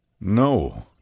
No